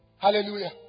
Hallelujah